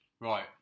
Right